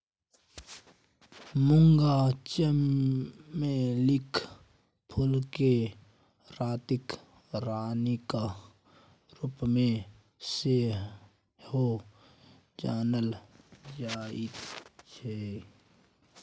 मूंगा चमेलीक फूलकेँ रातिक रानीक रूपमे सेहो जानल जाइत छै